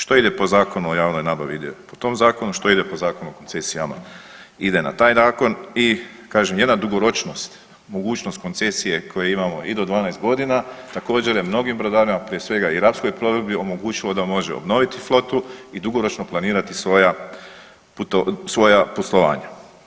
Što ide po Zakonu o javnoj nabavi ide po tom zakonu, što ide po Zakonu o koncesijama ide na taj …/nerazumljivo/… i kažem jedan dugoročnost, mogućnost koncesije koje imamo i do 12 godina također je mnogim brodarima prije svega i Rapskoj plovidbi omogućilo da može obnoviti flotu i dugoročno planirati svoja poslovanja.